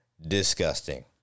disgusting